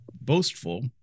boastful